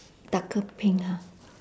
darker pink ha